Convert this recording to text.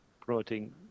promoting